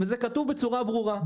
זה כתוב בצורה ברורה.